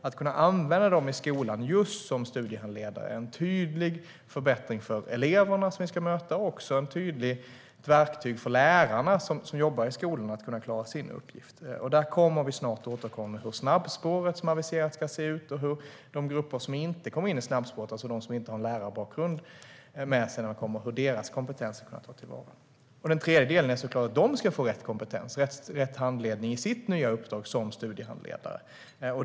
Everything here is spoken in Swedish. Att kunna använda dem i skolan just som studiehandledare är en tydlig förbättring för de elever som vi ska möta och också ett tydligt verktyg för lärarna som jobbar i skolan för att de ska kunna klara sin uppgift. Där återkommer vi snart till hur det snabbspår som har aviserats ska se ut och hur kompetensen hos de grupper som inte kom in i snabbspåret, alltså de som inte har lärarbakgrund med sig när de kommer, ska kunna tas till vara. Den tredje delen är att de ska få rätt kompetens och rätt handledning i sitt nya uppdrag som studiehandledare.